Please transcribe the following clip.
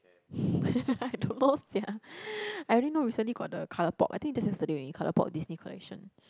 I don't know sia I only know recently got the ColourPop I think just yesterday only ColourPop Disney collection